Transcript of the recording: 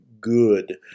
good